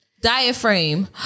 Diaphragm